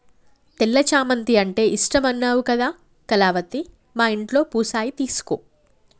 తెల్ల చామంతి అంటే ఇష్టమన్నావు కదా కళావతి మా ఇంట్లో పూసాయి తీసుకో